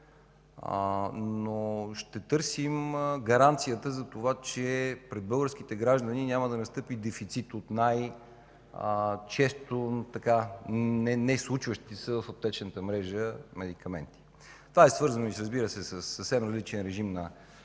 но ще търсим гаранцията за това, че пред българските граждани няма да настъпи дефицит от най-често неслучващи се в аптечната мрежа медикаменти. Това е свързано, разбира се, и